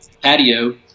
patio